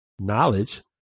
knowledge